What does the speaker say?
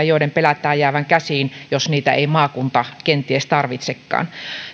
joiden pelätään jäävän käsiin jos niitä ei maakunta kenties tarvitsekaan